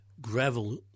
Gravel